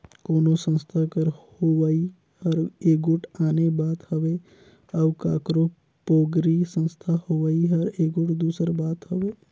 कोनो संस्था कर होवई हर एगोट आने बात हवे अउ काकरो पोगरी संस्था होवई हर एगोट दूसर बात हवे